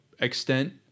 extent